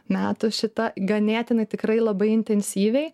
metų šitą ganėtinai tikrai labai intensyviai